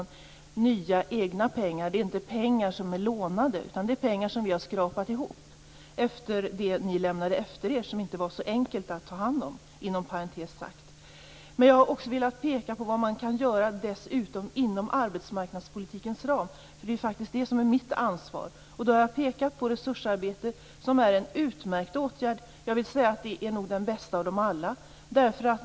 Och då är det nya egna pengar som vi har skrapat ihop efter det som ni lämnade efter er och som inte var så lätt att ta hand om, Kent Olsson, och inte pengar som är lånade! Det gäller det som man dessutom kan göra inom arbetsmarknadspolitikens ram. Det är faktiskt det som är mitt ansvar. Jag har pekat på resursarbete, som är en utmärkt åtgärd. Jag vill säga att det nog är den bästa av dem alla.